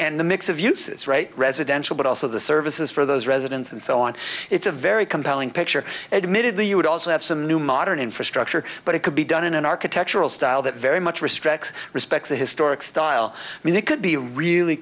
and the mix of uses right residential but also the services for those residents and so on it's a very compelling picture admittedly you would also have some new modern infrastructure but it could be done in an architectural style that very much restricts respects the historic style i mean it could be really